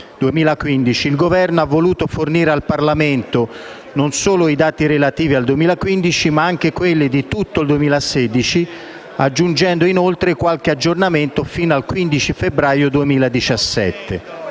il Governo ha voluto fornire al Parlamento non solo i dati relativi al 2015, ma anche quelli di tutto il 2016, aggiungendo inoltre qualche aggiornamento fino al 15 febbraio 2017.